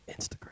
Instagram